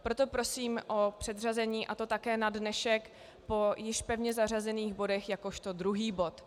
Proto prosím o předřazení, a to také na dnešek po již pevně zařazených bodech jakožto druhý bod.